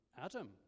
Adam